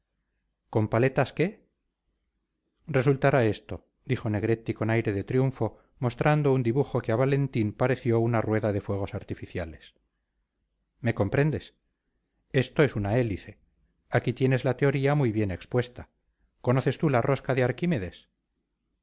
con paletas que resultará esto dijo negretti con aire de triunfo mostrando un dibujo que a valentín le pareció una rueda de fuegos artificiales me comprendes esto es una hélice aquí tienes la teoría muy bien expuesta conoces tú la rosca de arquímedes